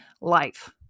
life